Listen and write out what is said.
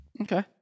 Okay